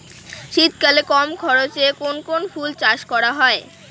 শীতকালে কম খরচে কোন কোন ফুল চাষ করা য়ায়?